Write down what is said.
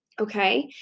Okay